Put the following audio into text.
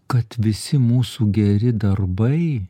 kad visi mūsų geri darbai